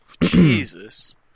Jesus